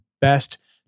best